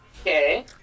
Okay